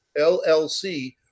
LLC